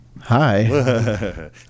hi